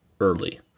early